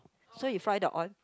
so you fry the oil